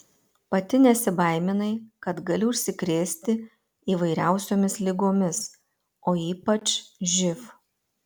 pati nesibaiminai kad gali užsikrėsti įvairiausiomis ligomis o ypač živ